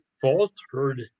faltered